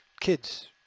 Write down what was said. kids